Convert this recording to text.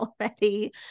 already